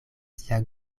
sia